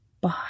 Bye